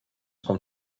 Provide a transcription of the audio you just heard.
com